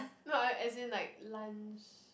no I as in like lunch